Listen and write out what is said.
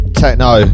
techno